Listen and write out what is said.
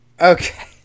okay